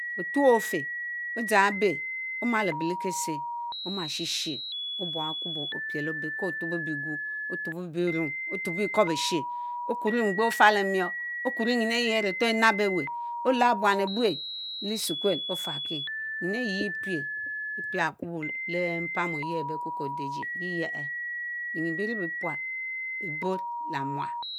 Otuorr ofehh, omalebeh lekésé, obuong Akubo opiel leobéy kó-utubóh bierrung otu̇bo ikwóbéshe okuro mgbeh ófálemiorr okurronyin ayie-énabeweh o'láá-buan ééh-buè leh-E'sehiku̇él ófarki nyin eyie yieh epie lééh Akubo lééh mparim ohyeah aréyea ikwokichi odajie yiyeéh; binyin beri bẽpu̇al E'borr lé-amual.